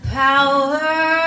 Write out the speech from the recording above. power